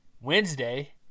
Wednesday